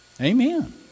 Amen